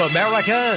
America